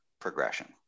progression